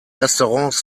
restaurants